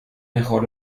mejor